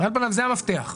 זה המפתח,